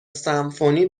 سمفونی